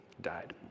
died